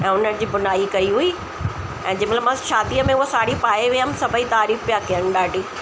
ऐं उनजी बुनाई कई हुई ऐं जंहिं महिल मां शादीअ में हूअ साड़ी पाए वियमि सभई तारीफ़ पिया कयनि ॾाढी